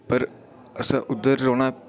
पर अस उद्धर रौह्ना